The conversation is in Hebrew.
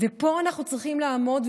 ופה אנחנו צריכים לעמוד,